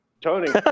tony